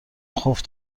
خوف